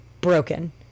broken